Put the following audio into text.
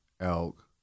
elk